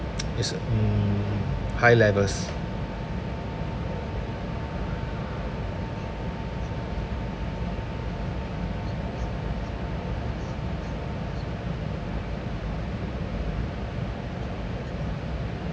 this mm high levels